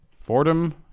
Fordham